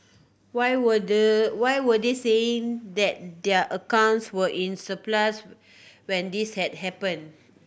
why were the why were they saying that their accounts were in surplus when this had happen